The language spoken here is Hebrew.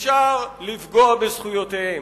אפשר לפגוע בזכויותיהם.